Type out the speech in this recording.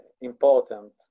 important